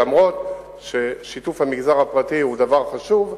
אף-על-פי ששיתוף המגזר הפרטי הוא דבר חשוב,